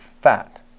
fat